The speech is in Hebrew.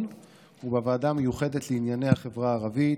ובוועדה המיוחדת לענייני החברה הערבית,